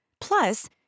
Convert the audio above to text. Plus